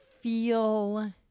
feel